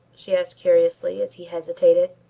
she asked curiously as he hesitated.